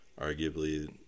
arguably